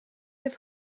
oedd